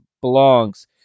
belongs